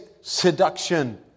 seduction